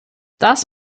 das